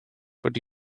but